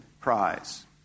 Prize